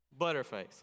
butterface